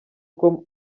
uko